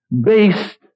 based